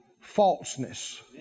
falseness